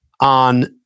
on